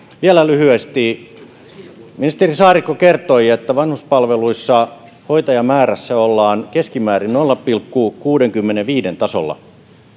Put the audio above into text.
vielä lyhyesti ministeri saarikko kertoi että vanhuspalveluissa hoitajamäärässä ollaan keskimäärin nolla pilkku kuudenkymmenenviiden tasolla